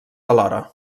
alhora